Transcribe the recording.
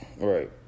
Right